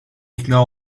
ikna